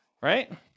Right